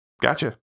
gotcha